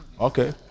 Okay